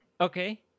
Okay